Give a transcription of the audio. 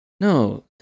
no